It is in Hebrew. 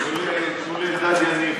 תנו לאלדד יניב